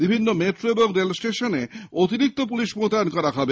বিভিন্ন মেট্রো ও রেল স্টেশনে অতিরিক্ত পুলিশ মোতায়েন করা হবে